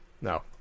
No